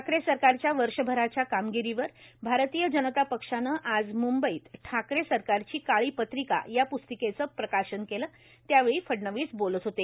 ठाकरे सरकारच्या वर्षभराच्या कमागिरीवर भारतीय जनता पक्षानं आज मंंबई ठाकरे सरकारची काळी पत्रिका या प्स्तिकेचं प्रकाशन केलं त्यावेळी फडणवीस बोलत होते